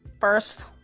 first